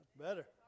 better